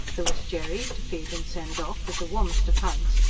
there was jerry to feed and send off, with the warmest of hugs,